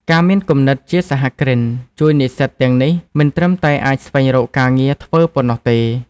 ការមានគំនិតជាសហគ្រិនជួយនិស្សិតទាំងនេះមិនត្រឹមតែអាចស្វែងរកការងារធ្វើប៉ុណ្ណោះទេ។